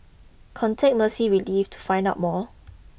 contact Mercy Relief to find out more